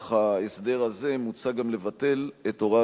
נוכח ההסדר הזה מוצע גם לבטל את הוראת